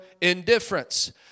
indifference